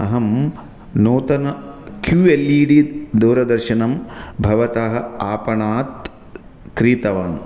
अहं नूतनं Q L E D दूरदर्शनं भवतः आपणात् क्रीतवान्